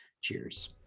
cheers